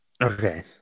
Okay